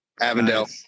Avondale